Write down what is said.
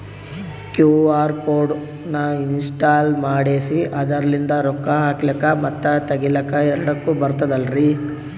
QR code ನ ಇನ್ಸ್ಟಾಲ ಮಾಡೆಸಿ ಅದರ್ಲಿಂದ ರೊಕ್ಕ ಹಾಕ್ಲಕ್ಕ ಮತ್ತ ತಗಿಲಕ ಎರಡುಕ್ಕು ಬರ್ತದಲ್ರಿ?